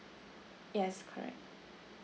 yes correct